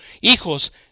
hijos